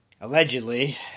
Allegedly